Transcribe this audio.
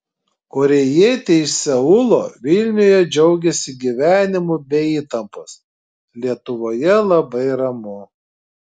korėjietė iš seulo vilniuje džiaugiasi gyvenimu be įtampos lietuvoje labai ramu